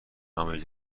نمایی